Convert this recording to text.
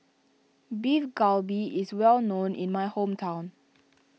Beef Galbi is well known in my hometown